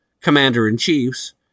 commander-in-chiefs